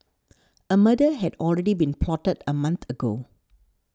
a murder had already been plotted a month ago